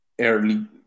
early